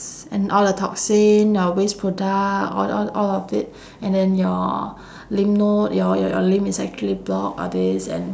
and all the toxin our waste product all all all of it and then your lymph node your your your lymph is actually block all these and